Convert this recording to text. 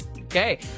Okay